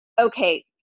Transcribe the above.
okay